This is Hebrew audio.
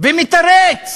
ומתרץ